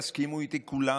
תסכימו איתי כולם,